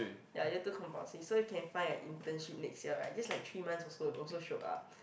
ya year two compulsory so you can find a internship next year right just like three months also also shiok ah